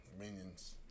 Minions